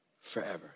forever